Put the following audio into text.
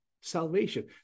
salvation